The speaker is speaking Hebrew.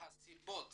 והסיבות